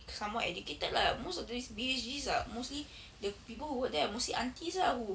somehow educated lah most of these B_H_Gs are mostly the people who work there are mostly aunties ah who